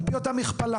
על פי אותה מכפלה.